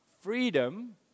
freedom